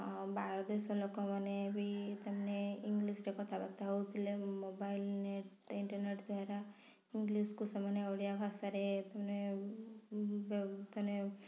ଆଉ ବାହାର ଦେଶର ଲୋକମାନେ ବି ତାମାନେ ଇଂଲିଶ୍ରେ କଥାବାର୍ତ୍ତା ହଉଥିଲେ ମୋବାଇଲ୍ ନେଟ୍ ଇଣ୍ଟରନେଟ୍ ଦ୍ୱାରା ଇଂଲିଶ୍କୁ ସେମାନେ ଓଡ଼ିଆଭାଷାରେ ତା'ମାନେ ତା'ମାନେ